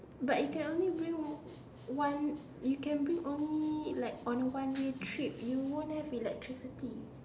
but you can only bring one you can bring only like on a one way trip you won't have electricity